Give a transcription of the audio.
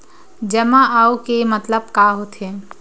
जमा आऊ के मतलब का होथे?